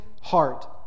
heart